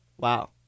Wow